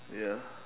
ya